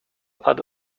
padł